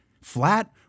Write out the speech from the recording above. flat